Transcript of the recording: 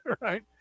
right